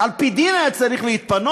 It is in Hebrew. על פי דין כבר היה צריך להתפנות,